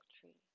tree